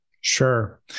sure